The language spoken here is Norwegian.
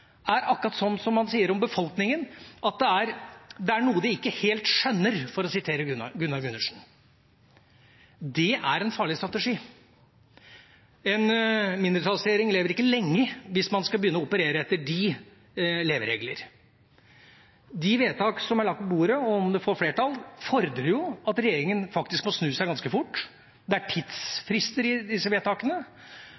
er akkurat sånn som han sier om befolkningen, at det er noe de ikke helt skjønner, for å sitere Gunnar Gundersen. Det er en farlig strategi. En mindretallsregjering lever ikke lenge hvis den begynner å operere etter de levereglene. De vedtak som ligger på bordet – om de får flertall – fordrer at regjeringa faktisk må snu seg ganske fort. Det er tidsfrister i disse vedtakene,